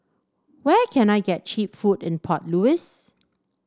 where can I get cheap food in Port Louis